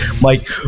Mike